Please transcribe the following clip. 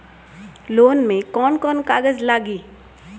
Loan में कौन कौन कागज लागी?